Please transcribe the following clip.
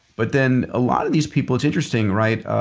but then a lot of these people. it's interesting. right?